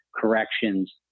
corrections